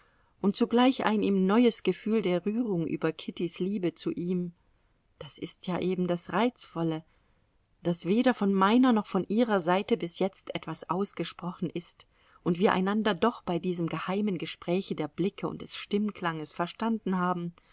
und zugleich ein ihm neues gefühl der rührung über kittys liebe zu ihm das ist ja eben das reizvolle daß weder von meiner noch von ihrer seite bis jetzt etwas ausgesprochen ist und wir einander doch bei diesem geheimen gespräche der blicke und des stimmklanges verstanden haben